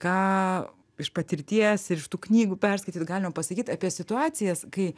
ką iš patirties ir iš tų knygų perskaitytų galima pasakyt apie situacijas kai